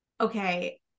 okay